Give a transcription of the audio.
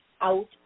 out